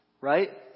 right